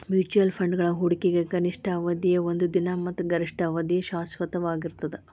mutual ಫಂಡ್ಗಳ ಹೂಡಿಕೆಗ ಕನಿಷ್ಠ ಅವಧಿಯ ಒಂದ ದಿನ ಮತ್ತ ಗರಿಷ್ಠ ಅವಧಿಯ ಶಾಶ್ವತವಾಗಿರ್ತದ